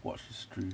watch screen